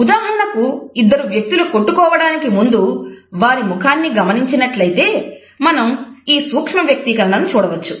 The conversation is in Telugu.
ఉదాహరణకు ఇద్దరు వ్యక్తులు కొట్టుకోవడానికి ముందు వారి ముఖాన్ని గమనించినట్లయితే మనం ఈ సూక్ష్మ వ్యక్తీకరణను చూడవచ్చు